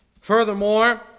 Furthermore